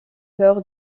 cœur